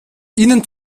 ihnen